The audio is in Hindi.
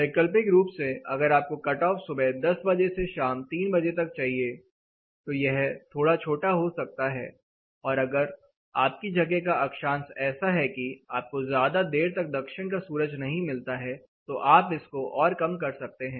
वैकल्पिक रूप से अगर आपको कटऑफ सुबह 1000 बजे से शाम के 300 बजे तक चाहिए तो यह थोड़ा छोटा हो सकता है और अगर आपकी जगह का अक्षांश ऐसा है कि आपको ज्यादा देर तक दक्षिण का सूरज नहीं मिलता है तो आप इसको और कम कर सकते हैं